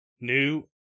new